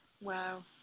wow